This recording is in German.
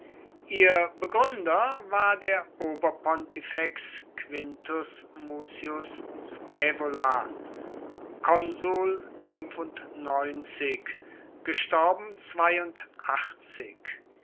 ihr begründer war der oberpontifex quintus mucius scaevola